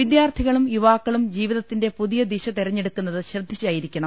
വിദ്യാർത്ഥികളും യുവാക്കളും ജീവിതത്തിന്റെ പുതിയ ദിശ തെരഞ്ഞെടുക്കുന്നത് ശ്രദ്ധിച്ചായിരിക്കണം